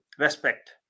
respect